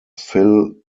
phil